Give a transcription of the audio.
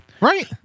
Right